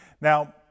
now